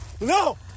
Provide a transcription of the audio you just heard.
No